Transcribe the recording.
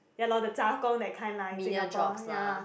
ya lor the 杂工 that kind lah in Singapore